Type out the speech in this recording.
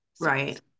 Right